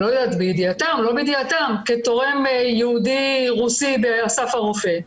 אני לא יודעת אם בידיעתם או לא בידיעתם כתורם יהודי רוסי באסף הרופא,